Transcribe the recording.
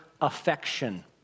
affection